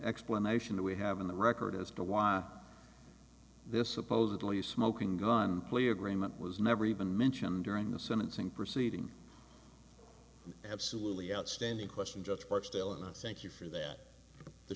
explanation we have on the record as to why this supposedly smoking gun plea agreement was never even mentioned during the sentencing proceeding absolutely outstanding question judge barksdale and i thank you for that the